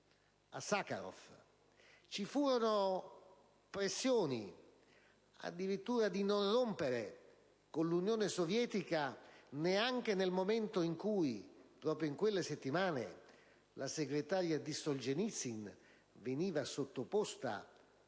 a Sacharov. Ci furono pressioni addirittura affinché non si rompesse con l'Unione Sovietica neanche nel momento in cui, proprio in quelle settimane, la segretaria di Solzenicyn veniva sottoposta